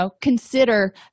consider